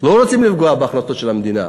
לא רוצים לפגוע בהכנסות של המדינה,